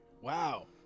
Wow